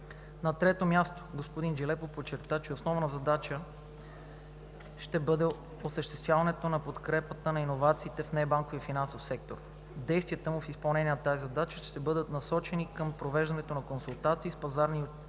На трето място, господин Джелепов подчерта, че основна негова задача ще бъде осъществяване на подкрепа на иновациите в небанковия финансов сектор. Действията му в изпълнение на тази задача ще бъдат насочени към провеждане на консултации с пазарните